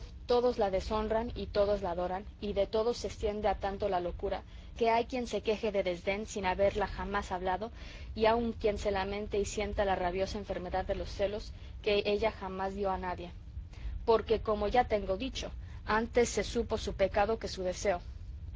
todos la deshonran y todos la adoran y de todos se estiende a tanto la locura que hay quien se queje de desdén sin haberla jamás hablado y aun quien se lamente y sienta la rabiosa enfermedad de los celos que ella jamás dio a nadie porque como ya tengo dicho antes se supo su pecado que su deseo